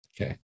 Okay